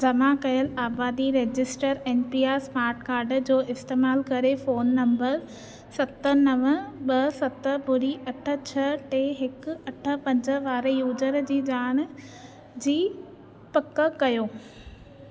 जमा कयलु आबादी रजिस्टरु ऐन पी आर स्मार्ट कार्डु जो इस्तैमालु करे फ़ोन नंबरु सत नव ब॒ सत ॿुड़ी अठ छह टे हिकु अठ पंज वारे यूज़र जी ॼाण जी पकि कयो